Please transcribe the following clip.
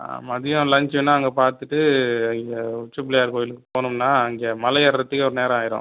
மதியானம் லஞ்ச் எதுனா அங்கே பார்த்துட்டு அங்கே உச்சிப்பிள்ளையார் கோவிலுக்கு போனோம்னா அங்கே மலை ஏறுகிறத்துக்கே ஒரு நேரம் ஆகிரும்